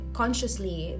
consciously